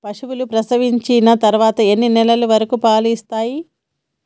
పశువులు ప్రసవించిన తర్వాత ఎన్ని నెలల వరకు పాలు ఇస్తాయి?